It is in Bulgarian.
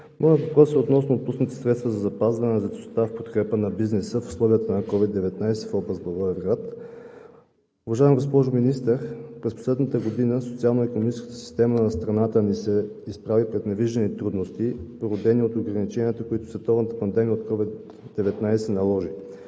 Моят въпрос е относно отпуснатите средства за запазване на заетостта в подкрепа на бизнеса в условията на COVID-19 в област Благоевград. Уважаема госпожо Министър, през последната година социално-икономическата система на страната ни се изправи пред невиждани трудности, породени от ограниченията, които световната пандемия от COVID-19 наложи.